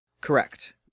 Correct